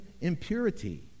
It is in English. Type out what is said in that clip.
impurity